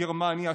גרמניה,